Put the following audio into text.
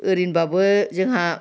ओरैनोब्लाबो जोंहा